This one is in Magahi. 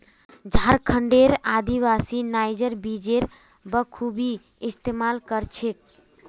झारखंडेर आदिवासी नाइजर बीजेर बखूबी इस्तमाल कर छेक